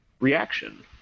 reaction